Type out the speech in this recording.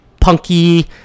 punky